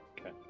Okay